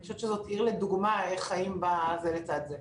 חושבת שזאת עיר לדוגמא איך חיים זה לצד זה.